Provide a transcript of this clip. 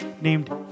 named